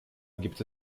gibt